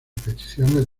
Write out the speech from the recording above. peticiones